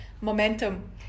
momentum